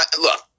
look